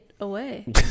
away